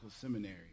Seminary